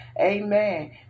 Amen